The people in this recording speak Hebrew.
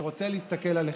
אני רוצה להסתכל עליכם,